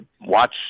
watch